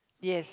yes